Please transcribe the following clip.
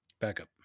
Backup